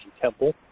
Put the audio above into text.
Temple